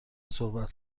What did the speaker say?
صحبت